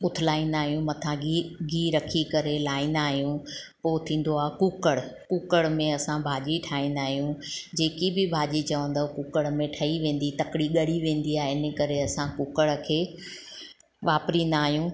उथलाईंदा आहियूं मथां गिहु गिहु रखी करे लाहींदा आहियूं पोइ थींदो आहे कूकरु कूकर में असां भाॼी ठाहींदा आहियूं जेकी बि भाॼी चवंदो कूकर में ठही वेंदी तकिड़ी ॻरी वेंदी आहे हिन करे असां कूकर खे वापरींदा आहियूं